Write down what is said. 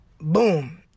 boom